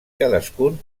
cadascun